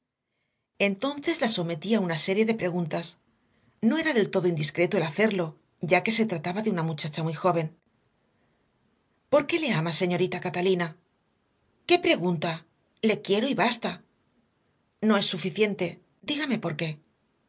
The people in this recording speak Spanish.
entonces la sometí a una serie de preguntas no era del todo indiscreto el hacerlo ya que se trataba de una muchacha muy joven por qué le ama señorita catalina qué pregunta le quiero y basta no es suficiente dígame por qué